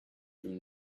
from